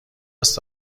است